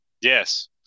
Yes